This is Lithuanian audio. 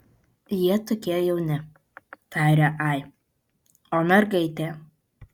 jie tokie jauni tarė ai o mergaitė